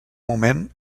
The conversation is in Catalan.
moment